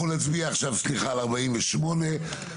אנחנו נצביע עכשיו על הסתייגות 48,